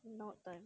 not like